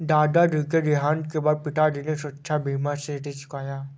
दादाजी के देहांत के बाद पिताजी ने सुरक्षा बीमा से ऋण चुकाया